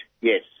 Yes